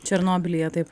černobylyje taip